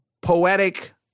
poetic